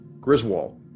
Griswold